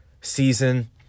season